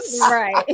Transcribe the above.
Right